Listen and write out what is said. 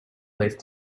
leaf